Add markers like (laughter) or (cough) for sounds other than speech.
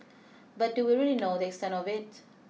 (noise) but do we really know the extent of it